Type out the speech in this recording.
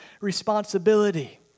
responsibility